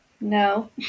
No